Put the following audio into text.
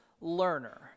learner